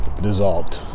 dissolved